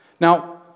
Now